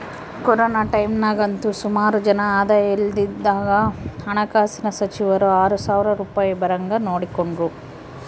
corona ಟೈಮ್ನಾಗಂತೂ ಸುಮಾರು ಜನ ಆದಾಯ ಇಲ್ದಂಗಾದಾಗ ಹಣಕಾಸಿನ ಸಚಿವರು ಆರು ಸಾವ್ರ ರೂಪಾಯ್ ಬರಂಗ್ ನೋಡಿಕೆಂಡ್ರು